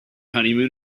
honeymoon